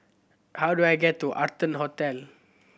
how do I get to Arton Hotel